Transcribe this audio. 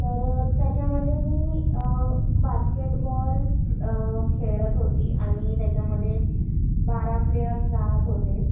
तर त्याच्यामध्ये मी बास्केटबॉल खेळत होती आणि त्याच्यामध्ये बारा प्लेयर्स रहात होते